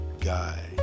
guy